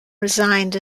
resigned